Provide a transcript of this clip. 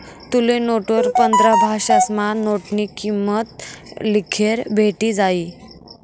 तुले नोटवर पंधरा भाषासमा नोटनी किंमत लिखेल भेटी जायी